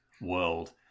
world